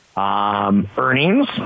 earnings